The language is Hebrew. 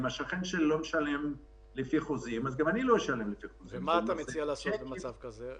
אם השכן שלי לא משלם לפי חוזים אז גם אני לא אשלם לפי חוזים.